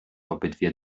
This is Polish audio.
obydwie